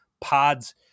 pods